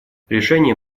решение